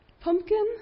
pumpkin